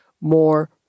more